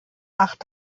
acht